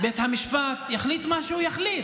בית המשפט, יחליט מה שהוא יחליט.